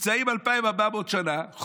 נמצאים אלפיים ארבע מאות שנה אחרי,